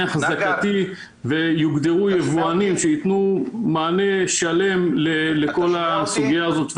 אחזקתי ויוגדרו יבואנים שיתנו מענה שלם לכל הסוגיה הזאת,